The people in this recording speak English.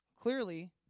Clearly